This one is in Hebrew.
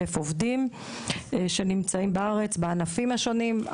עובדים שנמצאים בארץ בענפים השונים.